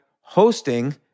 hosting